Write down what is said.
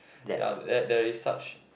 ya there there is such